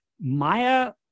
Maya